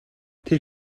тэр